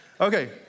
Okay